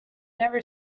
never